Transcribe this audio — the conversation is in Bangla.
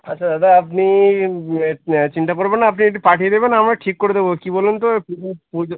আচ্ছা দাদা আপনি চিন্তা করবেন না আপনি একটু পাঠিয়ে দেবেন আমরা ঠিক করে দেবো কী বলুন তো পুজো